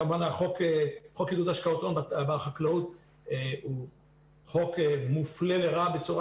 כמובן שחוק עידוד השקעות הון בחקלאות הוא חוק מופלה לרעה בצורה